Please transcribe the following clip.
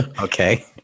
Okay